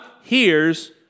hears